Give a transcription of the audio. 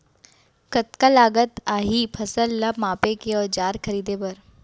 कतका लागत लागही फसल ला मापे के औज़ार खरीदे बर?